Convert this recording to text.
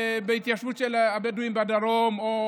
התיישבות בדואים בדרום או,